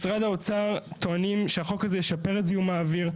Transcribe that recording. משרד האוצר טוענים שהחוק הזה ישפר את זיהום האוויר,